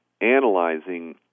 analyzing